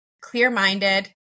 clear-minded